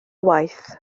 waith